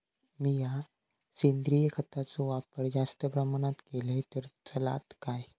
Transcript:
मीया सेंद्रिय खताचो वापर जास्त प्रमाणात केलय तर चलात काय?